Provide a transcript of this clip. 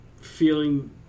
feeling